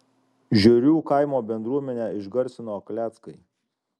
žiurių kaimo bendruomenę išgarsino kleckai